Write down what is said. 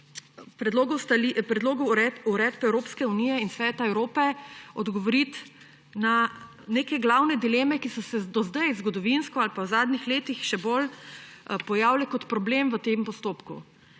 predlogov uredb Evropske unije in Sveta Evrope, odgovoriti na neke glavne dileme, ki so se do zdaj, zgodovinsko ali pa v zadnjih letih, še bolj pojavile kot problem v tem postopku.